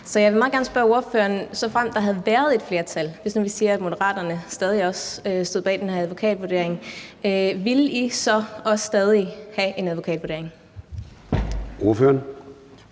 Så jeg vil meget gerne spørge ordføreren: Såfremt der havde været et flertal – hvis nu vi siger, at Moderaterne også stadig stod bag den her advokatvurdering – ville I så også stadig have en advokatvurdering? Kl.